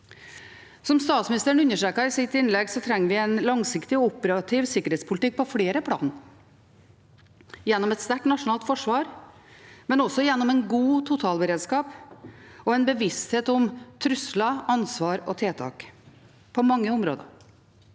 Som statsministeren understreket i sitt innlegg, trenger vi en langsiktig og operativ sikkerhetspolitikk på flere plan, gjennom et sterkt nasjonalt forsvar, men også gjennom en god totalberedskap og en bevissthet om trusler, ansvar og tiltak – på mange områder.